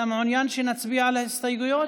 אתה מעוניין שנצביע על ההסתייגויות?